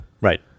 Right